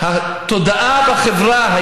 התודעה בחברה,